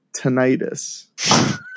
tinnitus